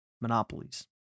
monopolies